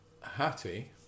Hattie